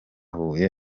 huye